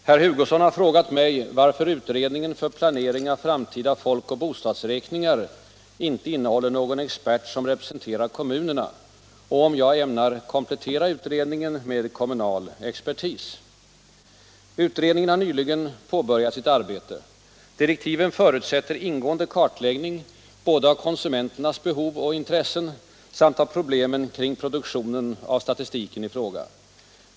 Herr talman! Herr Hugosson har frågat mig varför utredningen för planering av framtida folk och bostadsräkningar inte innehåller någon expert som representerar kommunerna och om jag ämnar komplettera utredningen med kommunal expertis. Utredningen har nyligen påbörjat sitt arbete. Direktiven förutsätter ingående kartläggning både av konsumenternas behov och intressen samt av problemen kring produktionen av statistiken i fråga.